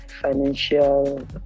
financial